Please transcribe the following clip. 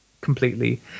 completely